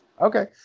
Okay